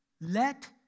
Let